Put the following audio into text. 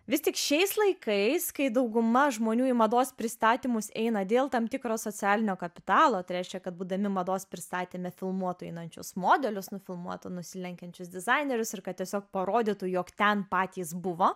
vis tik šiais laikais kai dauguma žmonių į mados pristatymus eina dėl tam tikro socialinio kapitalo tai reiškia kad būdami mados pristatyme filmuotų einančius modelius nufilmuotų nusilenkiančius dizainerius ir kad tiesiog parodytų jog ten patys buvo